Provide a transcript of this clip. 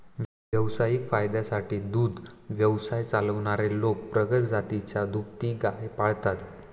व्यावसायिक फायद्यासाठी दुग्ध व्यवसाय चालवणारे लोक प्रगत जातीची दुभती गाय पाळतात